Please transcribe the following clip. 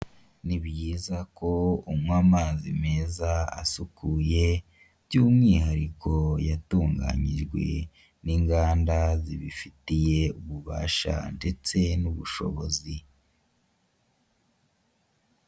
Ni byiza ko unywa amazi meza asukuye by'umwihariko yatunganyijwe n'inganda zibifitiye ububasha ndetse n'ubushobozi.